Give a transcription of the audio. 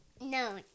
No